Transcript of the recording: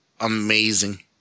amazing